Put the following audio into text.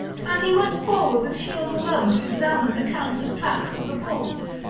and he went forward with shield alone to examine the countless tracks of the bulls,